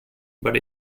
but